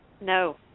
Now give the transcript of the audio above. No